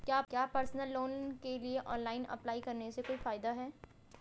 क्या personal loan के लिए ऑनलाइन अप्लाई करने से कोई फायदा है?